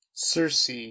Circe